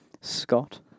Scott